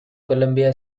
columbia